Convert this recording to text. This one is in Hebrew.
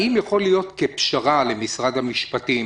האם יכול להיות כפשרה למשרד המשפטים